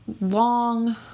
long